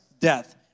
death